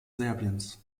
serbiens